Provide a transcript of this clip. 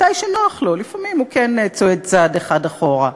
מתי שנוח לו; לפעמים הוא כן צועד צעד אחד אחורה,